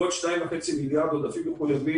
ועוד 2.5 מיליארד ש"ח של עודפים מחויבים,